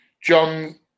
John